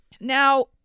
Now